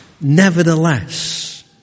Nevertheless